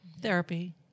therapy